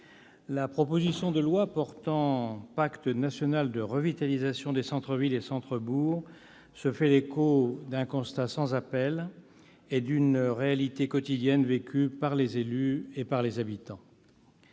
La proposition de loi portant Pacte national de revitalisation des centres-villes et centres-bourgs se fait l'écho d'un constat sans appel et d'une réalité quotidienne vécue par les élus et par les habitants.